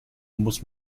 muss